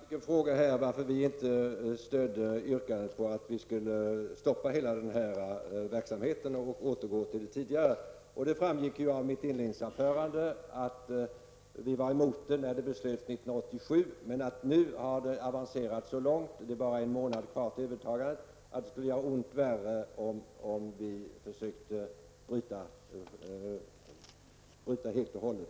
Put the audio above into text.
Herr talman! Jag fick frågan varför vi moderater inte stöder yrkandet om att stoppa hela förändringen av verksamheten och återgå till den tidigare ordningen. Det framgick ju av mitt inledningsanförande att vi var emot det beslut som fattades 1987 men att det nu har avancerat så långt -- det är bara en månad kvar till övertagandet -- att det skulle göra ont värre om vi försökte avbryta helt och hållet.